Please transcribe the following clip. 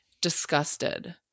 disgusted